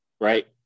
right